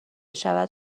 شود